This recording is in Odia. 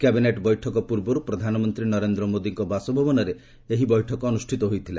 କ୍ୟାବିନେଟ୍ ବୈଠକ ପୂର୍ବରୁ ପ୍ରଧାନମନ୍ତ୍ରୀ ନରେନ୍ଦ୍ର ମୋଦିଙ୍କ ବାସଭବନରେ ଏହି ବୈଠକ ଅନୁଷ୍ଠିତ ହୋଇଥିଲା